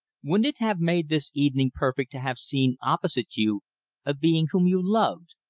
wouldn't it have made this evening perfect to have seen opposite you a being whom you loved,